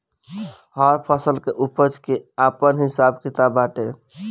हर फसल के उपज के आपन हिसाब किताब बाटे